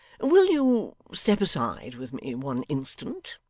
will you step aside with me one instant.